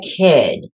kid